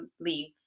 leave